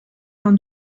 l’un